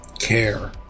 care